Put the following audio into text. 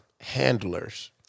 handlers